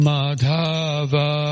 Madhava